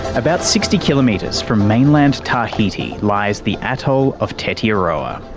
about sixty kilometres from mainland tahiti lies the atoll of tetiaroa,